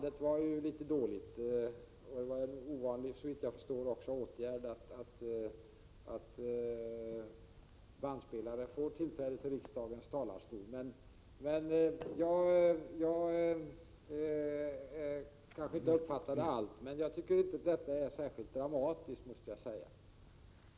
Det var inte så bra kvalitet på det uppspelade bandet. Såvitt jag förstår är det också ovanligt att bandspelare får användas på detta sätt i riksdagen. Jag kanske inte uppfattade allt, men jag tyckte inte att det som sades lät särskilt dramatiskt.